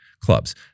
clubs